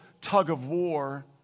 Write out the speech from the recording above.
tug-of-war